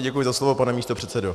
Děkuji za slovo, pane místopředsedo.